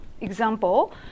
example